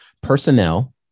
Personnel